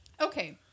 Okay